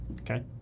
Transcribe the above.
Okay